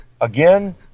Again